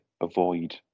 avoid